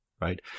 right